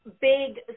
big